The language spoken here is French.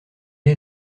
est